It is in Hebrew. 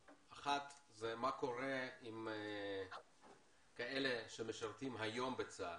מה קורה עם כאלה שמשרתים היום בצה"ל,